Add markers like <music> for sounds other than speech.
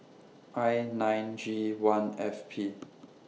I nine G one F P <noise>